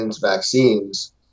vaccines